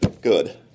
good